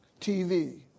TV